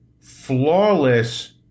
flawless